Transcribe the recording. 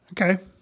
Okay